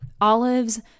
olives